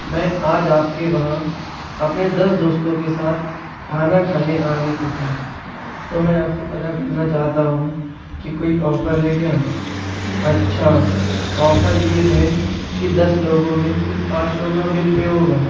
میں آج آپ کے وہاں اپنے دس دوستوں کے ساتھ کھانا کھانے آنے کو تھا تو میں آپ سے پتا کرنا چاہتا ہوں کہ کوئی آفر ہے کیا اچھا آفر یہ ہے کہ دس لوگوں میں صرف پانچ لوگوں کا بل پے ہوگا